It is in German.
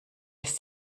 ist